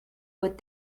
would